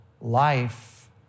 Life